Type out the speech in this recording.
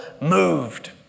moved